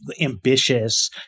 ambitious